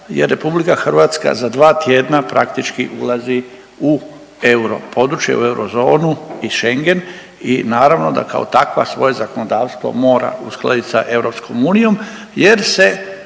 jer RH za dva tjedna praktički ulazi u europodručje, u eurozonu i Schengen i naravno da kao takva svoje zakonodavstvo mora uskladiti sa EU jer se